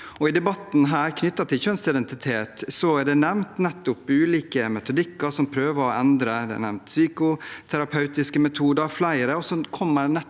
I debatten knyttet til kjønnsidentitet er det nevnt ulike metodikker – det er nevnt psykoterapeutiske metoder mm. – og så kommer